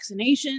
vaccinations